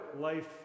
life